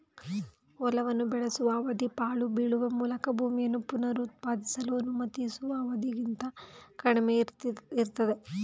ಹೊಲವನ್ನು ಬೆಳೆಸುವ ಅವಧಿ ಪಾಳು ಬೀಳುವ ಮೂಲಕ ಭೂಮಿಯನ್ನು ಪುನರುತ್ಪಾದಿಸಲು ಅನುಮತಿಸುವ ಅವಧಿಗಿಂತ ಕಡಿಮೆಯಿರ್ತದೆ